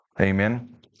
Amen